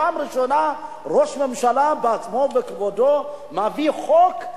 פעם ראשונה ראש ממשלה בעצמו ובכבודו מביא חוק,